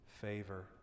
favor